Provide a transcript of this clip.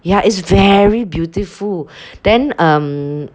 ya it's very beautiful then um